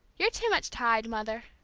you're too much tied, mother,